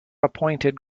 appointed